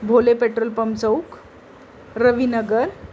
भोले petrol pump चौक रवीनगर